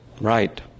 Right